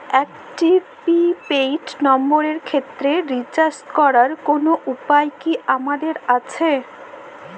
একটি prepaid নম্বরের ক্ষেত্রে রিচার্জ করার কোনো উপায় কি আমাদের আছে?